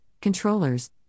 controllers